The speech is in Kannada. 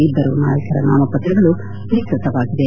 ಇಬ್ಬರು ನಾಯಕರ ನಾಮಪತ್ರಗಳು ಸ್ವೀಕೃತವಾಗಿದೆ